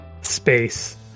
space